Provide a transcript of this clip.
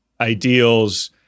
ideals